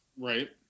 Right